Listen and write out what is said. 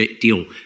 deal